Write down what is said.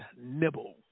nibble